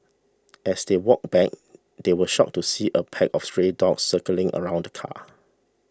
as they walked back they were shocked to see a pack of stray dogs circling around the car